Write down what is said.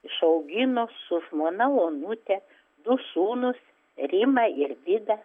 išaugino su žmona onute du sūnus rimą ir vidą